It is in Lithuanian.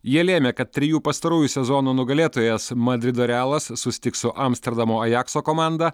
jie lėmė kad trijų pastarųjų sezonų nugalėtojas madrido realas susitiks su amsterdamo ajakso komanda